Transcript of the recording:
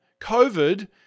COVID